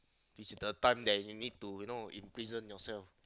this is the time that you need to you know imprison yourself